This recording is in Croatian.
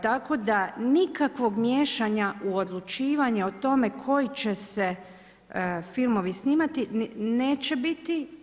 Tako da nikakvog miješanja u odlučivanja o tome, koji će se filmovi snimati, neće biti.